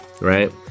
right